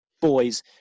boys